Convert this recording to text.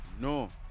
no